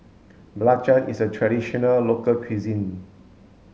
Belacan is a traditional local cuisine